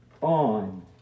on